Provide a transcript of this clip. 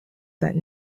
that